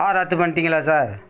ஆ ரத்து பண்ணிட்டிங்களா சார்